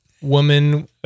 woman